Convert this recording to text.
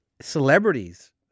celebrities